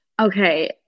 Okay